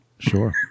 Sure